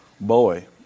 Boy